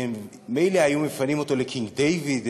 מילא אם היו מפנים אותו ל"קינג דייוויד",